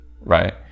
right